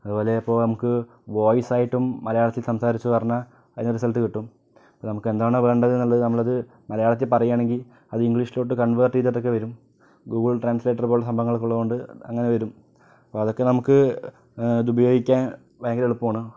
അതുപോലെ ഇപ്പോൾ നമുക്ക് വോയിസായിട്ടും മലയാളത്തിൽ സംസാരിച്ചത് പറഞ്ഞാൽ അതിന് റിസൾട്ട് കിട്ടും അപ്പോൾ നമുക്ക് എന്താണോ വേണ്ടത് എന്നുള്ളത് നമ്മളത് മലയാളത്തിൽ പറയുകയാണെങ്കിൽ അത് ഇംഗ്ലീഷിലോട്ട് കൺവെർട്ട് ചെയ്തിട്ടൊക്കെ വരും ഗൂഗിൾ ട്രാൻസ്ലേറ്ററ് പോലുള്ള സംഭവങ്ങളക്കെ ഉള്ളത് കൊണ്ട് അങ്ങനെ വരും അപ്പോൾ അതൊക്കെ നമുക്ക് അതുപയോഗിക്കാൻ ഭയങ്കര എളുപ്പാണ്